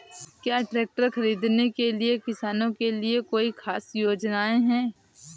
क्या ट्रैक्टर खरीदने के लिए किसानों के लिए कोई ख़ास योजनाएं हैं?